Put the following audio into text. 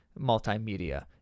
multimedia